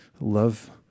love